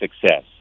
success